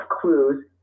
clues